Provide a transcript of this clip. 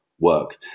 work